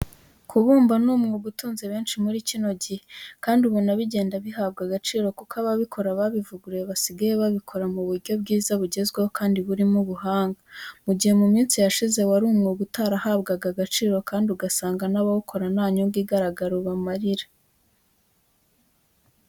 Kubumba ni umwuga utunze benshi muri kino gihe kandi ubona bigenda bihabwa agaciro, kuko ababikora babivuguruye basigaye babikora mu buryo bwiza bugezweho kandi burimo ubuhanga, mu gihe mu minsi yashize, wari umwuga utarahabwaga agaciro kandi ugasanga n'abawukora nta nyungu igaragara ubamarira.